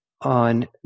on